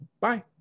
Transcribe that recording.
Bye